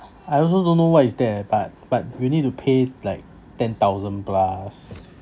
I also don't know what is that eh but but we need to pay like ten thousand plus